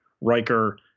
Riker